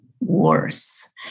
worse